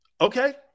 Okay